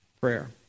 prayer